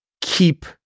keep